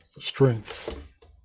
strength